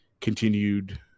continued